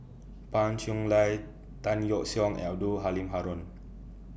Pan Cheng Lui Tan Yeok Seong Abdul Halim Haron